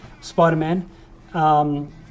Spider-Man